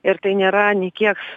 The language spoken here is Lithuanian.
ir tai nėra nė kiek